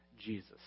Jesus